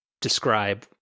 describe